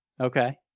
Okay